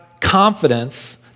confidence